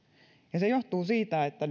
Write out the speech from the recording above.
ja se johtuu siitä että